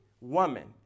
woman